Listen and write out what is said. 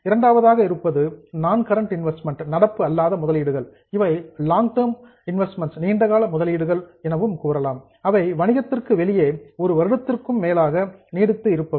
இரண்டாவதாக இருப்பது நான் கரண்ட் இன்வெஸ்ட்மென்ட்ஸ் நடப்பு அல்லாத முதலீடுகள் இவை லாங் டர்ம் இன்வெஸ்ட்மெண்ட்ஸ் நீண்ட கால முதலீடுகள் ஆகும் அவை வணிகத்திற்கு வெளியே 1 வருடத்திற்கும் மேலாக நீடித்து இருப்பவை